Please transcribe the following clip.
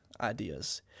ideas